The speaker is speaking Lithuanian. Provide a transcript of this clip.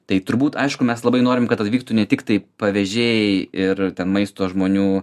tai turbūt aišku mes labai norim kad atvyktų ne tiktai pavėžėjai ir ten maisto žmonių